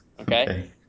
Okay